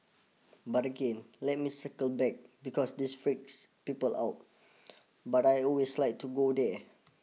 but again let me circle back because this freaks people out but I always like to go there